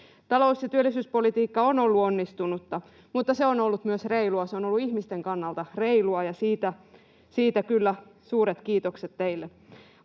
Talous- ja työllisyyspolitiikka on ollut onnistunutta, mutta se on ollut myös reilua. Se on ollut ihmisten kannalta reilua, ja siitä kyllä suuret kiitokset teille.